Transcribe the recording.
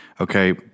Okay